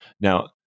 now